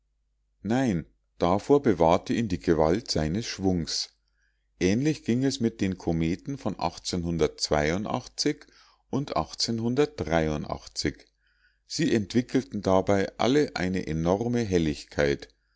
nein davor bewahrte ihn die gewalt seines schwungs ähnlich ging es mit den kometen von und sie entwickelten dabei alle eine enorme helligkeit